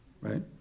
right